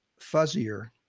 fuzzier